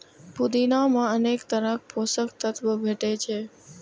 पुदीना मे अनेक तरहक पोषक तत्व भेटै छै